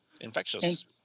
infectious